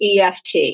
EFT